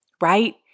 right